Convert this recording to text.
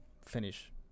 finish